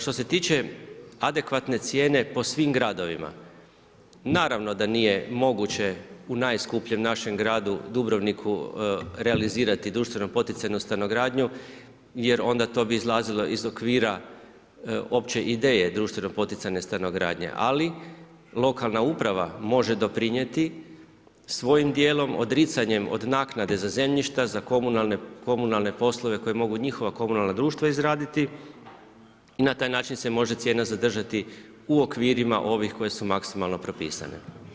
Što se tiče adekvatne cijene po svim gradovima, naravno da nije moguće u najskupljem našem gradu Dubrovniku realizirati društveno poticajnu stanogradnju jer onda bi to izlazilo iz okvira opće ideje društveno poticajne stanogradnje, ali lokalna uprava može doprinijeti svojim dijelom odricanjem od naknade za zemljišta za komunalne poslove koja mogu njihova komunalna društva izgraditi i na taj način se može cijena zadržati u okvirima ovih koje su maksimalno propisane.